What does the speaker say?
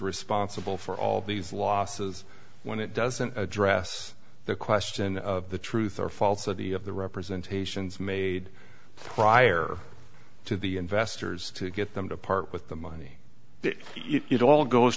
responsible for all these losses when it doesn't address the question of the truth or falsity of the representation is made prior to the investors to get them to part with the money if it all goes